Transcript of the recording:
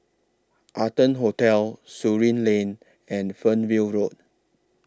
Arton Hotel Surin Lane and Fernhill Road